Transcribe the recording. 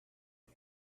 son